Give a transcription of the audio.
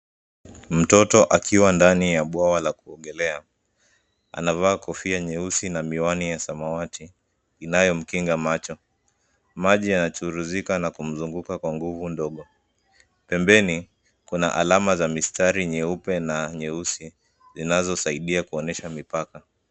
Mtoto akiwa ndani ya bwawa la kuogelea anavaa kofia nyeusi na miwani ya samawati inayomkinga macho. Maji inachuruzika na kumzunguka kwa nguvu ndogo. Pembeni kuna alama za mistari nyeupe na nyeusi zinazosaidia kuonyesha mipaka.